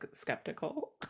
skeptical